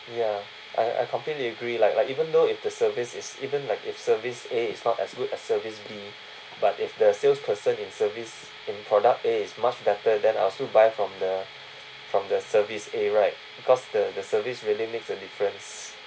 ya I I completely agree like like even though if the service is even like if service A is not as good as service B but if the salesperson in service in product A is much better then I will still buy from the from the service A right because the the service really makes a difference